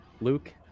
Luke